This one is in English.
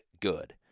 good